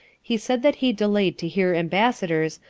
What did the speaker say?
he said that he delayed to hear ambassadors,